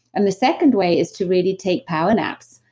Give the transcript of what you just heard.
and the second way is to really take power naps.